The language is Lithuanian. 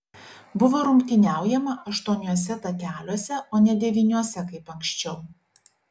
buvo rungtyniaujama aštuoniuose takeliuose o ne devyniuose kaip anksčiau